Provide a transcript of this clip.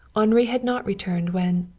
henri had not returned when,